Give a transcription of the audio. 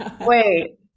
Wait